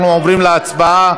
אנחנו עוברים להצבעה.